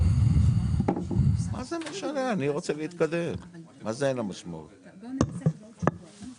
כסף שאמור להגיע שאמור להגיע אל אוצר המדינה